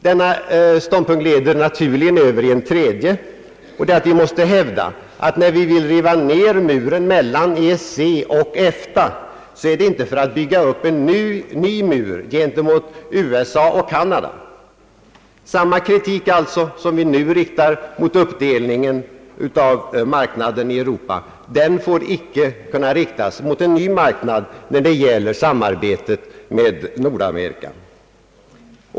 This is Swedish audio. Denna ståndpunkt leder naturligen över i en tredje, att vi måste hävda att det, när vi vill riva ned muren mellan EEC och EFTA, inte sker för att bygga upp en ny och högre mur gentemot USA och Kanada. Samma kritik som vi nu riktar mot uppdelningen av marknaden i Europa får inte kunna riktas mot en ny marknad när det gäller samarbetet med Nordamerika.